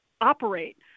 operate